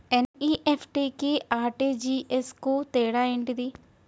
NEFT కి RTGS కు తేడా ఏంటిది?